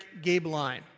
Gabeline